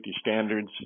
standards